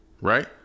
right